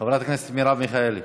חברת הכנסת מרב מיכאלי,